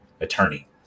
attorney